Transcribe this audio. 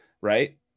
right